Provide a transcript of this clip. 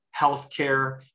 healthcare